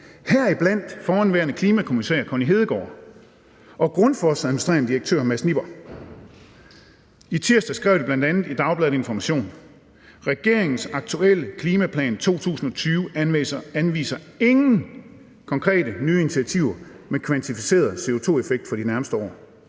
heriblandt forhenværende klimakommissær Connie Hedegaard og Grundfos' administrerende direktør Mads Nipper. I tirsdags skrev de bl.a. i dagbladet Information: »Regeringens aktuelle Klimaprogram 2020 anviser ingen konkrete nye initiativer med kvantificeret CO2-effekt for de nærmeste år.«